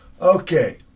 Okay